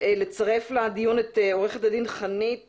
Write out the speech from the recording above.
לצרף לדיון את עורכת הדיון חנית